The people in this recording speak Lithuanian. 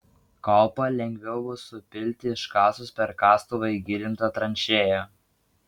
kaupą lengviau bus supilti iškasus per kastuvą įgilintą tranšėją